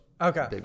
Okay